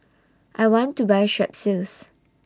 I want to Buy Strepsils